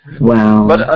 Wow